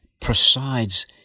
presides